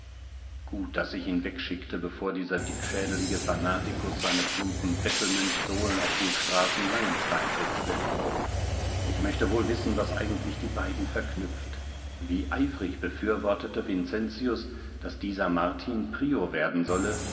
gut daß ich ihn wegschickte bevor dieser dickschädelige fanatikus seine plumpen bettelmönchsohlen auf die straßen langensteins setzte ich möchte wohl wissen was eigentlich die beiden verknüpft wie eifrig befürwortete vincentius daß dieser martin prior werden solle